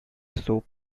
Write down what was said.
soap